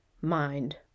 mind